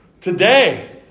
today